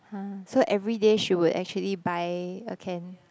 [huh] so everyday she would actually buy a can